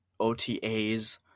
OTAs